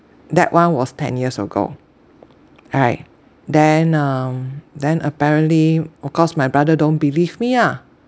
that one was ten years ago alright then um then apparently of course my brother don't believe me ah